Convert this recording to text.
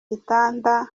gitanda